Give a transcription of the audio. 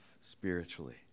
spiritually